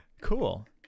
cool